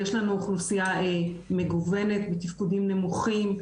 יש לנו אוכלוסיה מגוונת בתפקודים נמוכים,